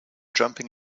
jumping